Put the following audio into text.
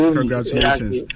Congratulations